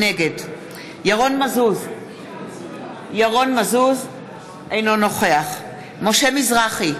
נגד ירון מזוז, אינו נוכח משה מזרחי,